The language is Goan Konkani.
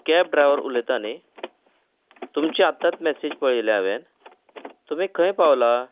कॅब ड्रायवर उलयता न्हय तुमची आतांच मॅसेज पळयल्या हांवें तुमी खंय पावल्या